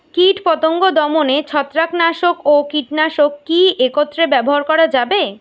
কীটপতঙ্গ দমনে ছত্রাকনাশক ও কীটনাশক কী একত্রে ব্যবহার করা যাবে?